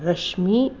Rashmi